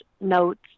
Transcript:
notes